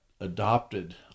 adopted